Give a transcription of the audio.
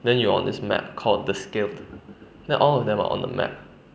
then you on this map called the skeld then all of them are on the map